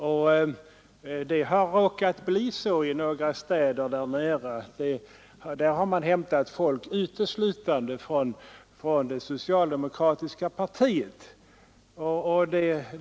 Det har i några städer där nere råkat bli så att man till arbetsgruppen hämtat folk uteslutande från ett parti och i Malmö det socialdemokratiska partiet.